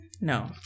no